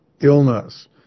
illness